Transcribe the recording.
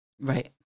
Right